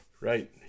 right